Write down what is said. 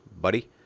buddy